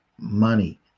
money